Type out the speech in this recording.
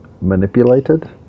manipulated